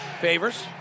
Favors